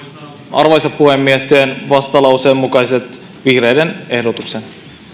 arvoisa puhemies teen vihreiden vastalauseen kahden mukaisen ehdotuksen